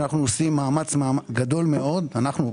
שאנחנו עושים מאמץ גדול מאוד אנחנו,